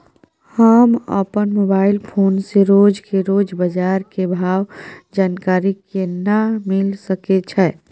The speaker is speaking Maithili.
हम अपन मोबाइल फोन से रोज के रोज बाजार के भाव के जानकारी केना मिल सके छै?